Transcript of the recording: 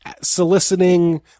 soliciting